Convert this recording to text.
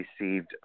received